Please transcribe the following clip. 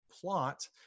plot